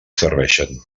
serveixen